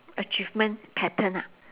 achievement pattern ha